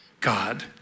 God